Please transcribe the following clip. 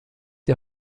die